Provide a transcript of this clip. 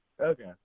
Okay